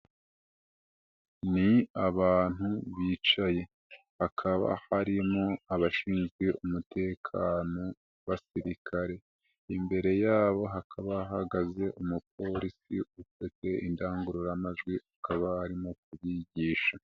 Ni abantu bicaye, hakaba harimo abashinzwe umutekano basirikare, imbere yabo hakaba hahagaze umupolisi ufite indangururamajwi akaba arimo kubigisha.